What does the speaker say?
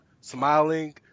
smiling